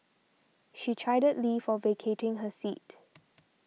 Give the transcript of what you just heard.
she chided Lee for vacating her seat